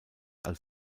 als